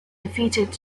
defeated